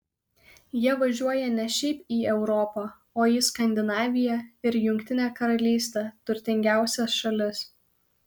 jie važiuoja ne šiaip į europą o į skandinaviją ir jungtinę karalystę turtingiausias šalis